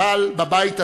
אבל בבית הזה,